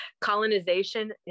colonization